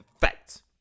facts